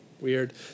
Weird